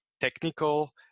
technical